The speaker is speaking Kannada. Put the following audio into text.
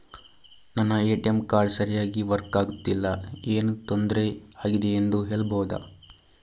ನನ್ನ ಎ.ಟಿ.ಎಂ ಕಾರ್ಡ್ ಸರಿಯಾಗಿ ವರ್ಕ್ ಆಗುತ್ತಿಲ್ಲ, ಏನು ತೊಂದ್ರೆ ಆಗಿದೆಯೆಂದು ಹೇಳ್ಬಹುದಾ?